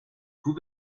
vous